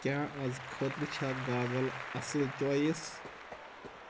کیاہ از خٲطرٕ چھا گاگل اصل چوایِس